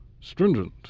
stringent